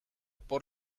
por